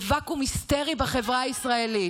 זה ואקום היסטרי בחברה הישראלית.